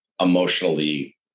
emotionally